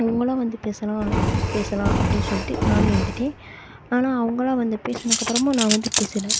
அவங்களா வந்து பேசினா பேசலாம் அப்படின் சொல்லிட்டு நான் இருந்துவிட்டேன் ஆனால் அவங்களா வந்து பேசுனக்கப்புறமும் நான் வந்து பேசலை